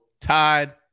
tied